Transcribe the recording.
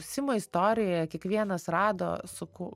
simo istorijoje kiekvienas rado sakau